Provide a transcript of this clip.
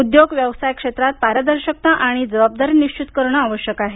उद्योग व्यवसाय क्षेत्रात पारदर्शकता आणि जबाबदारी निबित करणं आवश्यक आहे